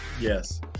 Yes